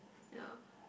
ya